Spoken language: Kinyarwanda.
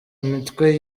imitwe